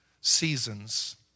seasons